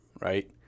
right